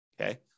Okay